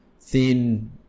thin